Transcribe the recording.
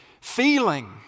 feeling